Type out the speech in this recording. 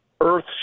earth